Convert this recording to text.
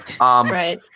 Right